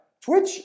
Twitch